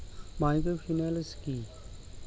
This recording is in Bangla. মাইক্রোফিন্যান্স কি?